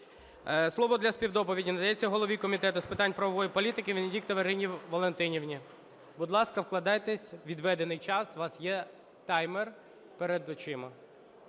Слово для співдоповіді надається голові Комітету з питань правової політики Венедіктовій Ірині Валентинівні. Будь ласка, вкладайтесь у відведений час, у вас є таймер перед очима.